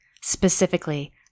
specifically